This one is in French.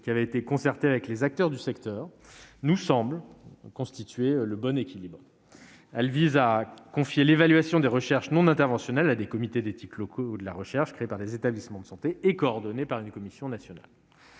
l'objet d'une concertation avec les acteurs du secteur, nous semblent constituer le bon équilibre. Elles visent à confier l'évaluation des recherches non interventionnelles à des comités d'éthiques locaux de la recherche, créés par des établissements de santé et coordonnés par une commission nationale.